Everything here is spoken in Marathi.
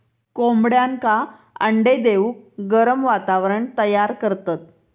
कोंबड्यांका अंडे देऊक गरम वातावरण तयार करतत